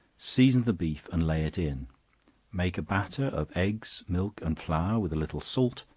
season the beef and lay it in make a batter of eggs, milk and flour, with a little salt,